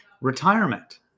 Retirement